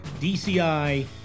DCI